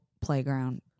playground